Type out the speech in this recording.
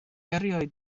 rioed